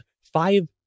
five